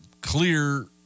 clear